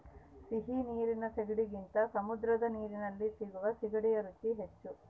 ಸಿಹಿ ನೀರಿನ ಸೀಗಡಿಗಿಂತ ಸಮುದ್ರದ ನೀರಲ್ಲಿ ಸಿಗುವ ಸೀಗಡಿಯ ರುಚಿ ಹೆಚ್ಚು